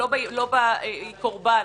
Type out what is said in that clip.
היא קורבן.